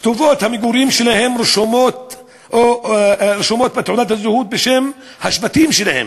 כתובות המגורים שלהם רשומות בתעודת הזהות בשם השבטים שלהם,